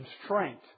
constraint